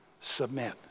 submit